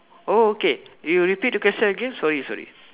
oh okay you repeat the question again sorry sorry